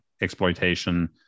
exploitation